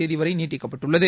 தேதிவரை நீட்டிக்கப்பட்டுள்ளது